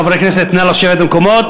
חברי הכנסת, נא לשבת במקומות.